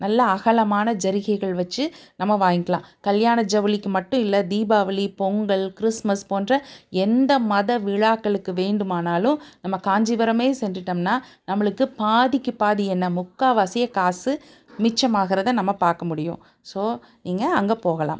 நல்ல அகலமான ஜரிகைகள் வச்சு நம்ம வாய்ங்கலாம் கல்யாண ஜவுளிக்கு மட்டும் இல்லை தீபாவளி பொங்கல் கிறிஸ்மஸ் போன்ற எந்த மத விழாக்களுக்கு வேண்டுமானாலும் நம்ம காஞ்சிபுரமே சென்றுட்டோம்னா நம்மளுக்கு பாதிக்குப் பாதி என்ன முக்கால்வாசியே காசு மிச்சமாகிறத நம்ம பார்க்க முடியும் ஸோ நீங்கள் அங்கே போகலாம்